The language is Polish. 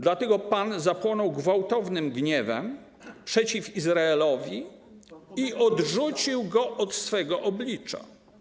Dlatego Pan zapłonął gwałtownym gniewem przeciw Izraelowi i odrzucił go od swego oblicza.